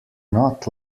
not